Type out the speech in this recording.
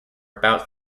about